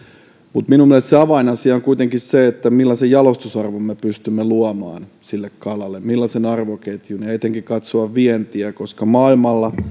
mutta minun mielestäni avainasia on kuitenkin se millaisen jalostusarvon me pystymme luomaan kalalle millaisen arvoketjun ja ja etenkin katsoa vientiä koska maailmalla